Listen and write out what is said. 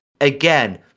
again